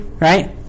Right